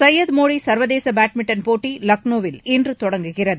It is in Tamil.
சையது மோடி சா்வதேச பேட்மிண்டன் போட்டி லக்னோவில் இன்று தொடங்குகிறது